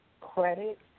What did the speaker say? credit